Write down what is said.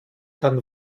dann